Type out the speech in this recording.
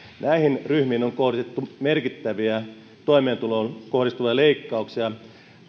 näihin ryhmiin on kohdistettu merkittäviä toimeentuloon kohdistuvia leikkauksia